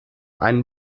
einen